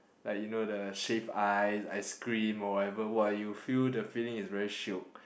like you know the shave ice ice cream or whatever !wow! you feel the feeling is very shiok